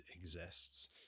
exists